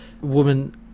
woman